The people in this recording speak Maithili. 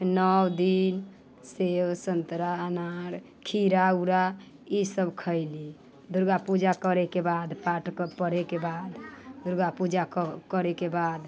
फेन नओ दिन सेब संतरा अनार खीरा ओरा ई सब खयली दुर्गा पूजा करेके बाद पाठके पढ़ेके बाद दुर्गा पूजा करेके बाद